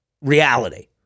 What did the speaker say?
reality